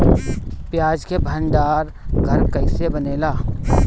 प्याज के भंडार घर कईसे बनेला?